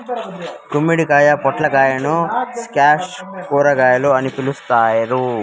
గుమ్మడికాయ, పొట్లకాయలను స్క్వాష్ కూరగాయలు అని పిలుత్తారు